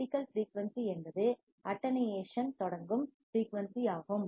critical frequency என்பது அட்டென்யேஷன்தொடங்கும் frequency ஆகும்